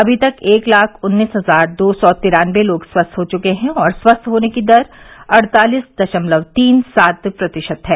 अभी तक एक लाख उन्नीस हजार दो सौ तिरानबे लोग स्वस्थ हो चुके हैं और स्वस्थ होने की दर अड़तालीस दशमलव तीन सात प्रतिशत है